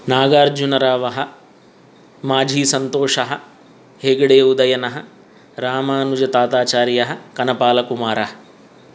नागार्जुनरावः माझिसन्तोषः हेगडे उदयनः रामानुजताताचार्यः कनपालकुमारः